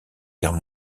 guerre